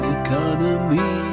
economy